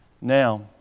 Now